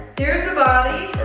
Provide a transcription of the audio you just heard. here's the body.